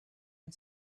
and